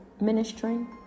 ministering